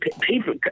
people